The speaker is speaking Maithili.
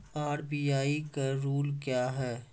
आर.बी.आई का रुल क्या हैं?